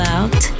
Out